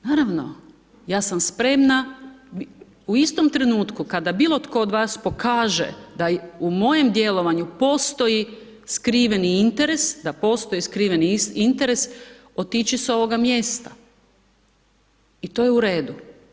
Naravno, ja sam spremna, u istom trenutku, kada bilo tko od vas pokaže da u mojem djelovanju postoji skriveni interes, da postoji skriveni interes otići s ovoga mjesta i to je u redu.